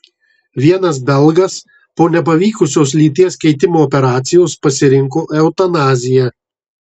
vienas belgas po nepavykusios lyties keitimo operacijos pasirinko eutanaziją